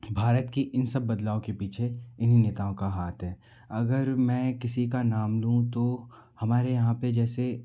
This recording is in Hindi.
भारत के इन सब बदलाव के पीछे इन्हीं नेताओं का हाथ है अगर मैं किसी का नाम लूँ तो हमारे यहाँ पर जैसे